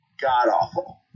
god-awful